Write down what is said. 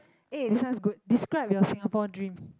eh this one good describe your Singapore dream